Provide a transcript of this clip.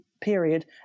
period